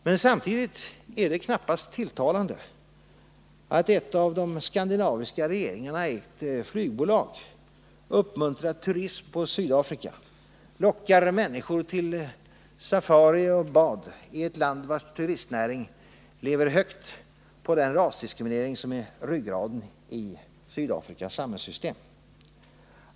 Men samtidigt är det knappast tilltalande att ett av de skandinaviska regeringarna ägt flygbolag uppmuntrar turism på Sydafrika, lockar människorna till safari och bad i ett land vars turistnäring lever högt på den rasdiskriminering som är ryggraden i Sydafrikas samhällssystem.